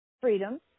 freedom